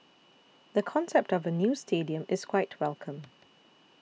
the concept of a new stadium is quite welcome